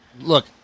look